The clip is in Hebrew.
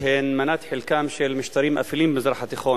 הן מנת חלקם של משטרים אפלים במזרח התיכון.